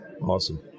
Awesome